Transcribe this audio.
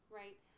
right